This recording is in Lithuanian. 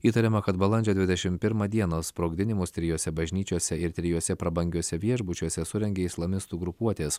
įtariama kad balandžio dvidešimt pirmą dieną sprogdinimus trijose bažnyčiose ir trijuose prabangiuose viešbučiuose surengė islamistų grupuotės